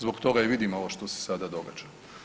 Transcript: Zbog toga i vidimo ovo što se sada događa.